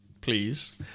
please